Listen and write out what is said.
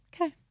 Okay